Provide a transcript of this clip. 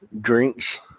drinks